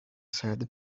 said